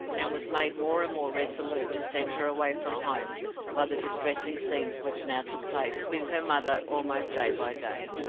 and was made more and more resolute to send her away from home by the distressing scenes which now took place with her mother almost day by day.